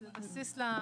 לא לזה שזאת